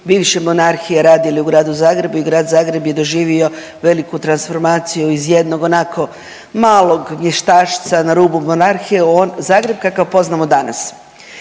bivše monarhije radili u gradu Zagrebu i grad Zagreb je doživio veliku transformaciju iz jednog onako malog mjestašca na rubu monarhije u Zagreb kakav poznamo dana.